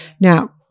Now